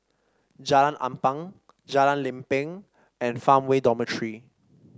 Jalan Ampang Jalan Lempeng and Farmway Dormitory